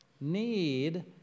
need